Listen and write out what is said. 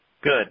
Good